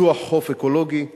פיתוח חוף אקולוגי ועוד,